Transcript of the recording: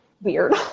weird